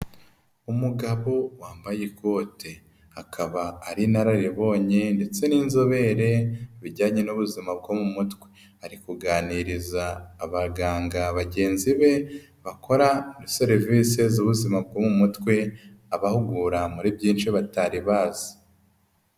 Umugabo wambaye ikote, akaba ari inararibonye ndetse n'inzobere bijyanye n'ubuzima bwo mu mutwe, ari kuganiriza abaganga bagenzi be, bakora serivisi z'ubuzima bwo mu mutwe abahugura muri byinshi batari bazi.